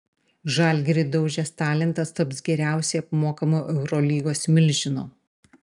žalgirį daužęs talentas taps geriausiai apmokamu eurolygos milžinu